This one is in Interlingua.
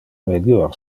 melior